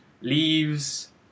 Leaves